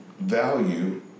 value